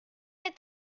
est